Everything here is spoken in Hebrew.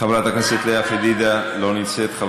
קראתי את החוק, אני יודעת לקרוא.